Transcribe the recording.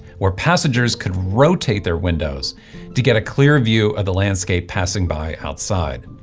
where passengers could rotate their windows to get a clearer view of the landscape passing by outside.